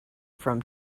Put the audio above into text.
from